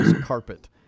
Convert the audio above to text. carpet